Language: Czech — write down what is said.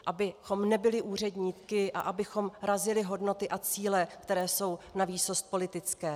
Abychom nebyli úředníky a abychom razili hodnoty a cíle, které jsou navýsost politické.